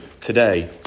today